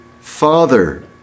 father